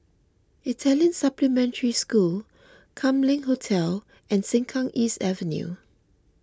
Italian Supplementary School Kam Leng Hotel and Sengkang East Avenue